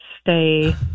stay